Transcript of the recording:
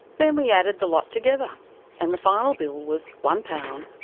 then we added the lot together and the final bill was one pound,